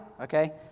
okay